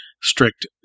strict